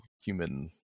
human